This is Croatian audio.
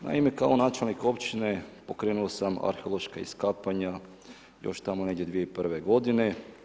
Naime, kao načelnik općine pokrenuo sam arheološka iskapanja još tamo negdje 2001. godine.